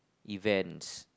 events